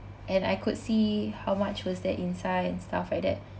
and I could see how much was there inside and stuff like that